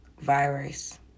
virus